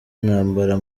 intambara